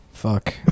fuck